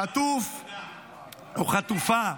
חטוף או חטופה.